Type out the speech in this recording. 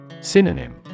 Synonym